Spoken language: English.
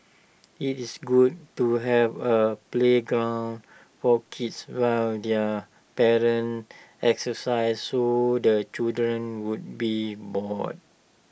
IT is good to have A playground for kids while their parents exercise so the children won't be bored